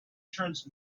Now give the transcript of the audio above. turns